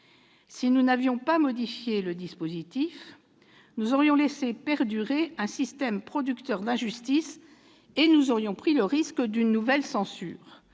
Si nous n'avions pas modifié le dispositif, nous aurions laissé perdurer un système producteur d'injustices et nous aurions pris le risque d'une nouvelle censure.